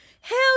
Hell